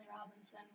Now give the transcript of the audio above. Robinson